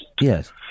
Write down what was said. Yes